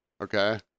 Okay